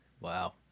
Wow